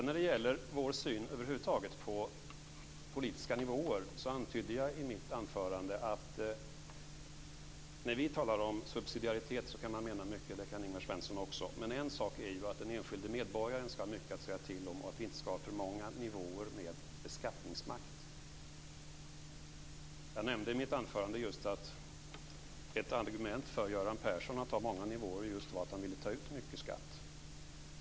När det gäller vår syn på politiska nivåer över huvud taget antydde jag i mitt anförande att när vi talar om subsidiaritet kan vi mena mycket - det kan Ingvar Svensson också. Men en sak är att den enskilde medborgaren ska ha mycket att säga till om och att vi inte ska ha för många nivåer med beskattningsmakt. Jag nämnde i mitt anförande att ett argument för Göran Persson för att ha många nivåer just var att han ville ta ut mycket skatt.